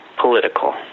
political